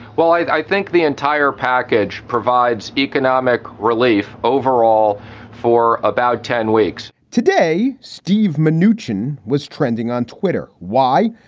well, i think the entire package provides economic relief overall for about ten weeks today steve manoogian was trending on twitter. why?